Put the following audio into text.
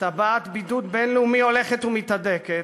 טבעת בידוד בין-לאומי הולכת ומתהדקת,